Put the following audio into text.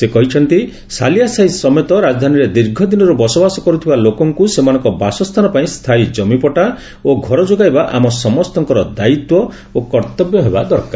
ସେ କହିଛନ୍ତି ସାଲିଆ ସାହି ସମେତ ରାଜଧାନୀରେ ଦୀର୍ଘଦିନର୍ ବସବାସ କର୍ତଥିବା ଲୋକଙ୍କ ସେମାନଙ୍କ ବାସସ୍ଥାନ ପାଇଁ ସ୍ଥାୟୀ ଜମିପଟା ଓ ଘର ଯୋଗାଇବା ଆମ ସମସ୍ତଙ୍କର ଦାୟିତ୍ୱ ଓ କର୍ଉବ୍ୟ ହେବା ଦରକାର